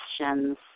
questions